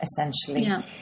essentially